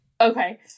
Okay